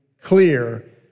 clear